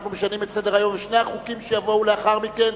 אנחנו משנים את סדר-היום ושני החוקים שיבואו לאחר מכן,